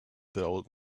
old